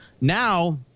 Now